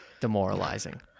demoralizing